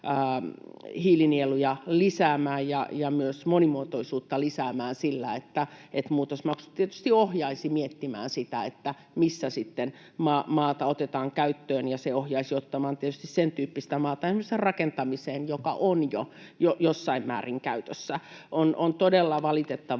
hiilinieluja lisäämään ja myös monimuotoisuutta lisäämään sillä, että muutosmaksut tietysti ohjaisivat miettimään sitä, missä sitten maata otetaan käyttöön. Se ohjaisi ottamaan esimerkiksi rakentamiseen tietysti sentyyppistä maata, joka on jo jossain määrin käytössä. On todella valitettavaa,